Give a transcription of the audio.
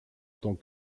tant